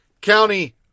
county